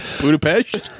Budapest